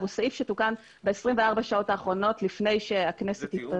תוקן ב-24 שעות האחרונות לפני שהכנסת התפזרה.